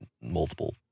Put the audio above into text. multiple